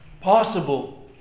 Possible